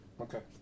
Okay